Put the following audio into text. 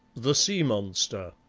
the sea-monster